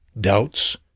doubts